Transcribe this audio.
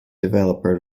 developer